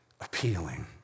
appealing